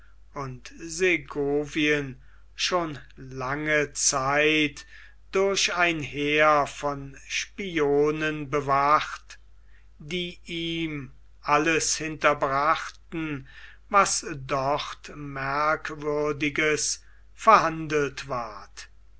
und segovien schon lange zeit durch ein heer von spionen bewacht die ihm alles hinterbrachten was dort merkwürdiges verhandelt ward